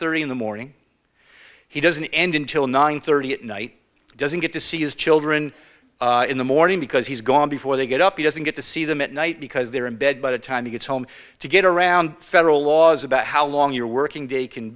thirty in the morning he doesn't end until nine thirty at night doesn't get to see his children in the morning because he's gone before they get up he doesn't get to see them at night because they're in bed by the time he gets home to get around federal laws about how long your working day can